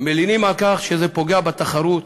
מלינים על כך שזה פוגע בתחרות